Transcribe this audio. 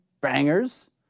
bangers